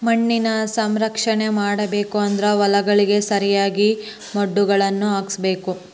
ಮಣ್ಣಿನ ಸಂರಕ್ಷಣೆ ಮಾಡಬೇಕು ಅಂದ್ರ ಹೊಲಗಳಿಗೆ ಸರಿಯಾಗಿ ವಡ್ಡುಗಳನ್ನಾ ಹಾಕ್ಸಬೇಕ